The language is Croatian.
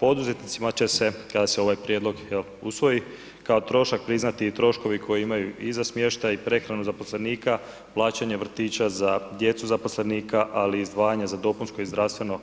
Poduzetnicima će se kada se ovaj prijedlog jel usvoji, kao trošak priznati i troškovi koje imaju i za smještaj i prehranu zaposlenika, plaćanje vrtića za djecu zaposlenika, ali i izdvajanje za dopunsko i zdravstveno